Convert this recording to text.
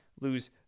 lose